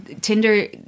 tinder